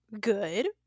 good